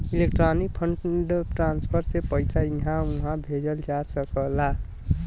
electronic fund transfer से पइसा इहां उहां भेजल जा सकला